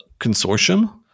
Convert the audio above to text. Consortium